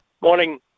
Morning